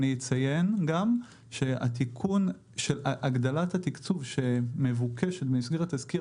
אציין גם שהגדלת התקצוב המבוקשת במסגרת תזכיר